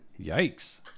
Yikes